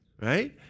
Right